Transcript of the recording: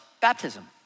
baptism